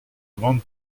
grande